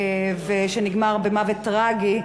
שנגמר במוות טרגי,